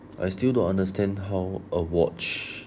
I still don't understand how a watch